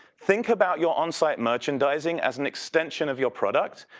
think about your on-site merchandising as an extension of your product,